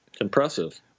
Impressive